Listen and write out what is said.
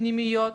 פנימיות?